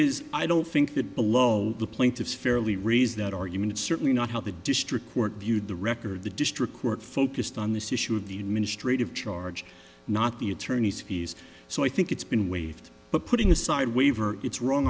is i don't think that below the plaintiffs fairly raise that argument it's certainly not how the district court viewed the record the district court focused on this issue of the administrative charge not the attorney's fees so i think it's been waived but putting aside waiver it's wrong